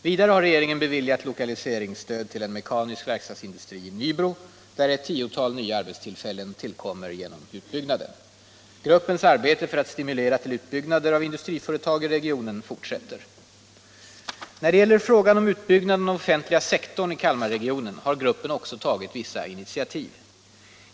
Vidare har regeringen beviljat lokaliseringsstöd till en mekanisk verkstadsindustri i Nybro, där ett tiotal nya arbetstillfällen tillkommer genom utbyggnaden. Gruppens arbete för att stimulera till utbyggnader av industriföretag i regionen fortsätter. När det gäller frågan om utbyggnad av den offentliga sektorn i Kalmarregionen har gruppen också tagit vissa initiativ.